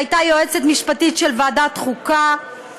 שהייתה היועצת המשפטית של ועדת החוקה,